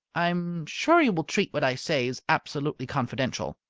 i am sure you will treat what i say as absolutely confidential.